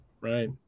Right